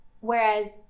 Whereas